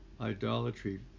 idolatry